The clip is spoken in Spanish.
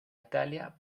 italia